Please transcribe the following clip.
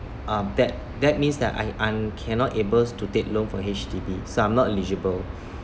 uh that that means that I I'm cannot able to take loan for H_D_B so I'm not eligible